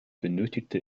benötigte